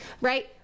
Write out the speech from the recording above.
right